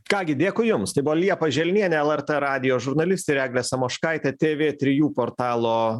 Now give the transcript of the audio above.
ką gi dėkui jums tai buvo liepa želnienė lrt radijo žurnalistė ir eglė samoškaitė tv trijų portalo